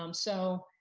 um so,